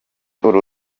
uru